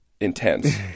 intense